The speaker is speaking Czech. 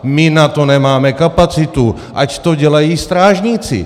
My na to nemáme kapacitu, ať to dělají strážníci.